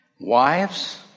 Wives